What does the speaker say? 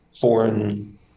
foreign